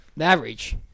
average